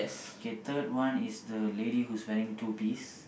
K third one is the lady who's wearing Tubize